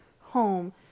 home